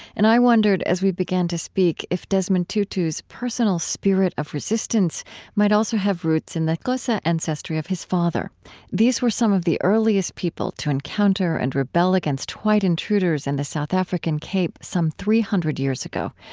and i wondered, as we began to speak, if desmond tutu's personal spirit of resistance might also have roots in the xhosa ancestry of his father these were some of the earliest people to encounter and rebel against white intruders in the south african cape some three hundred years ago,